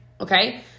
okay